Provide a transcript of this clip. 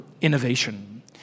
innovation